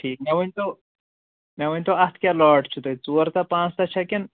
ٹھیٖک مےٚ ؤنۍتَو مےٚ ؤنۍتَو اَتھ کیٛاہ لاٹ چھُو تۄہہِ ژور تہہ پانٛژھ تہہ چھا کِنہٕ